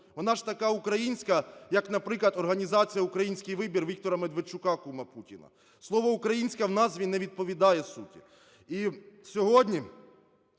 Вона ж така українська, як, наприклад, організація "Український вибір" Віктора Медведчука, кума Путіна. Слово українська в назві не відповідає суті. І сьогодні